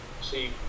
See